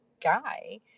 guy